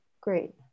Great